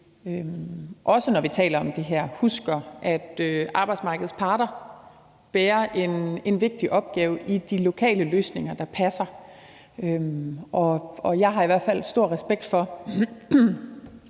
også når vi taler om det her, husker, at arbejdsmarkedets parter bærer en vigtig opgave i de lokale løsninger, der passer. Jeg har i hvert fald stor respekt for,